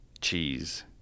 cheese